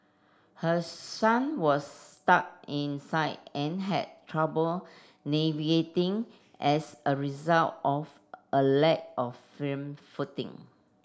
her son was stuck inside and had trouble navigating as a result of a lack of firm footing